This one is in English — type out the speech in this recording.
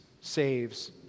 saves